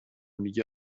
میگه